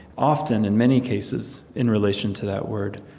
often in many cases, in relation to that word